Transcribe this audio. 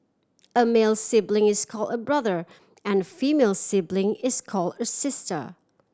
a male sibling is call a brother and female sibling is call a sister